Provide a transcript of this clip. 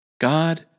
God